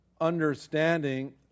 understanding